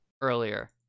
earlier